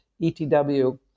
ETW